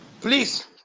please